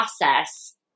process